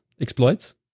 Exploits